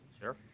Sure